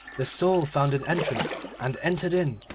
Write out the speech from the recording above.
the soul found an entrance and entered in,